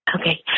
Okay